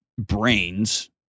brains